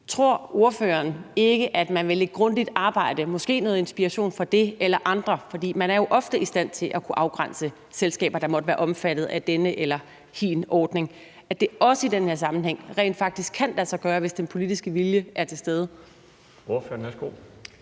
Tror ordføreren ikke, at det ved et grundigt arbejde – måske med noget inspiration fra det eller andre eksempler, for man er jo ofte i stand til at kunne afgrænse selskaber, der måtte være omfattet af denne eller hin ordning – i den her sammenhæng også rent faktisk kan lade sig gøre, hvis den politiske vilje er til stede? Kl. 12:39 Den fg.